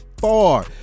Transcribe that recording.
far